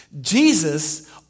Jesus